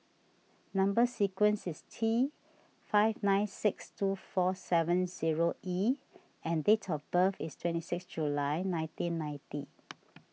Number Sequence is T five nine six two four seven zero E and date of birth is twenty six July nineteen ninety